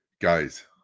guys